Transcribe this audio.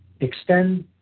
extend